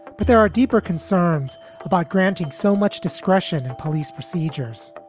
but there are deeper concerns about granting so much discretion in police procedures,